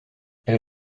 elle